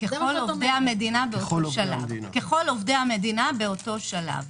ככל עובדי המדינה באותו שלב.